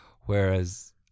Whereas